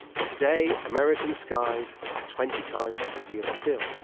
and today american skies are twenty times busier still.